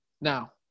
Now